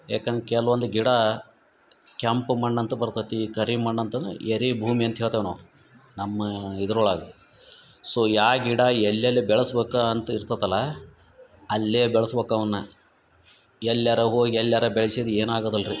ಯಾಕಂನ್ ಕೆಲ್ವೊಂದು ಗಿಡ ಕೆಂಪು ಮಣ್ಣು ಅಂತ ಬರ್ತತಿ ಕರಿ ಮಣ್ಣು ಅಂತನ ಎರೀ ಭೂಮಿ ಅಂತ ಹೇಳ್ತೇವೆ ನಾವು ನಮ್ಮ ಇದ್ರೊಳಗ ಸೊ ಯಾ ಗಿಡ ಎಲ್ಲೆಲ್ಲಿ ಬೆಳೆಸ್ಬೇಕು ಅಂತ ಇರ್ತೆತಲ್ಲಾ ಅಲ್ಲೇ ಬೆಳಸ್ಬೇಕು ಅವನ್ನ ಎಲ್ಯರ ಹೋಗಿ ಎಲ್ಯರ ಬೆಳಿಸಿರೆ ಏನು ಆಗೋದಿಲ್ರಿ